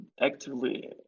actively